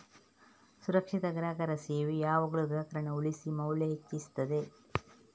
ಸುರಕ್ಷಿತ ಗ್ರಾಹಕರ ಸೇವೆಯು ಯಾವಾಗ್ಲೂ ಗ್ರಾಹಕರನ್ನ ಉಳಿಸಿ ಮೌಲ್ಯ ಹೆಚ್ಚಿಸ್ತದೆ